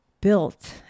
built